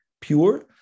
pure